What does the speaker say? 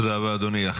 תודה רבה, אדוני.